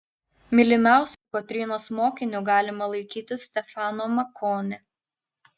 mylimiausiu kotrynos mokiniu galima laikyti stefano maconi